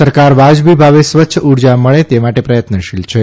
સરકાર વ્યાજબી ભાવે સ્વચ્છ ઉર્જા મળે તે માટે પ્રયત્નશીલ છે